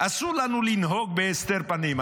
אסור לנו לנהוג בהסתר פנים.